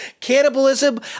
cannibalism